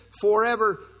forever